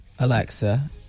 Alexa